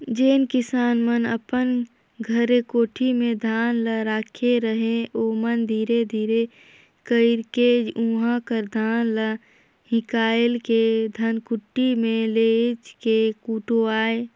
जेन किसान मन अपन घरे कोठी में धान ल राखे रहें ओमन धीरे धीरे कइरके उहां कर धान ल हिंकाएल के धनकुट्टी में लेइज के कुटवाएं